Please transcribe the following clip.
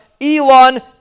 Elon